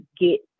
get